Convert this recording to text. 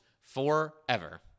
forever